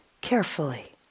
carefully